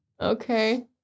Okay